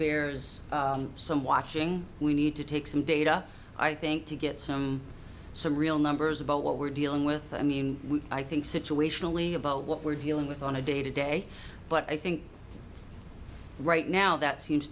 bears some watching we need to take some data i think to get some some real numbers about what we're dealing with i mean we i think situationally about what we're dealing with on a day to day but i think right now that seems